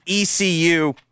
ECU